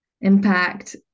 Impact